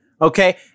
okay